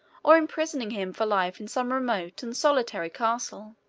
or imprisoning him for life in some remote and solitary castle.